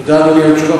תודה, אדוני היושב-ראש.